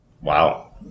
Wow